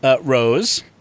Rose